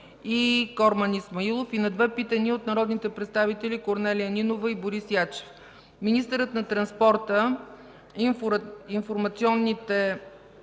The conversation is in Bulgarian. Корман Исмаилов, и на две питания от народните представители Корнелия Нинова, и Борис Ячев. Министърът на транспорта, информационните